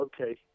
okay